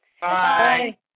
Bye